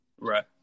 Right